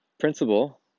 principle